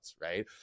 right